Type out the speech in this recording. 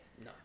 No